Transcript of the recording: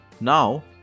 now